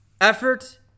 Effort